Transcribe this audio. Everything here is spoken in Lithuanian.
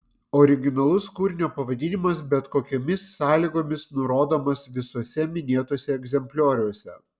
originalus kūrinio pavadinimas bet kokiomis sąlygomis nurodomas visuose minėtuose egzemplioriuose